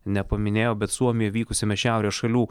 nepaminėjau bet suomijoje vykusiame šiaurės šalių